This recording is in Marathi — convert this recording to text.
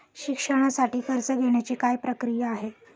शिक्षणासाठी कर्ज घेण्याची काय प्रक्रिया आहे?